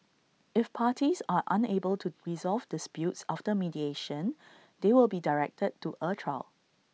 if parties are unable to resolve disputes after mediation they will be directed to A trial